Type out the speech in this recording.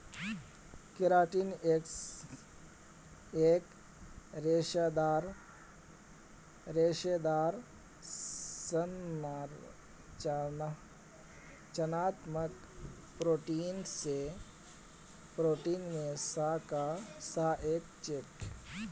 keratin एक रेशेदार संरचनात्मक प्रोटीन मे स एक छेक